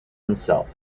himself